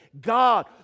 God